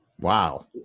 wow